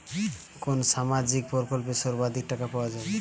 কোন সামাজিক প্রকল্পে সর্বাধিক টাকা পাওয়া য়ায়?